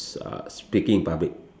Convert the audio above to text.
uh speaking in public